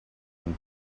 when